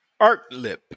Artlip